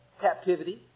captivity